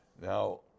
Now